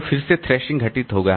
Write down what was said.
तो फिर से थ्रैशिंग घटित होगा